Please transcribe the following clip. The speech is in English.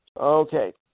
Okay